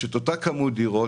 יש אותה כמות דירות,